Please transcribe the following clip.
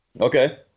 Okay